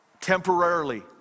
temporarily